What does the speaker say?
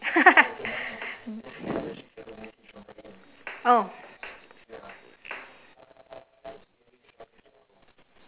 oh